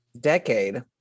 decade